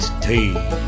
tea